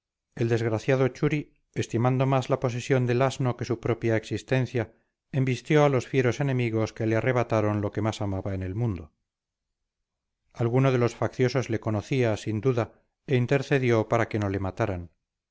el desgraciado churi estimando más la posesión del asno que su propia existencia embistió a los fieros enemigos que le arrebataron lo que más amaba en el mundo alguno de los facciosos le conocía sin duda e intercedió para que no le mataran